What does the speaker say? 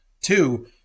Two